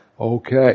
Okay